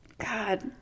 God